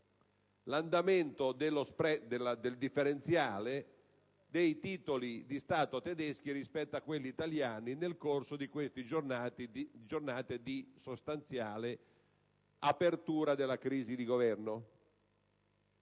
*spread*, del differenziale dei titoli di Stato tedeschi rispetto a quelli italiani nel corso di queste giornate di sostanziale apertura della crisi di Governo.